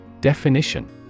Definition